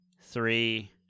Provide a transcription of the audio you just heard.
three